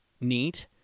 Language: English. neat